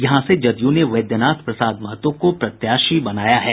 यहां से जदयू ने वैद्यनाथ प्रसाद महतो को प्रत्याशी बनाया है